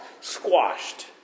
squashed